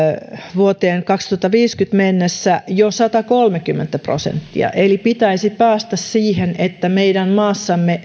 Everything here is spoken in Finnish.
vuoteen kaksituhattaviisikymmentä mennessä jo satakolmekymmentä prosenttia eli pitäisi päästä siihen että meidän maassamme